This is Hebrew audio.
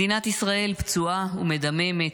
מדינת ישראל פצועה ומדממת,